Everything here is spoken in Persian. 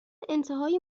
انتهای